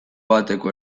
bateko